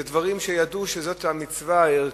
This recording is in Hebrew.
דברים שידעו שזו המצווה הערכית,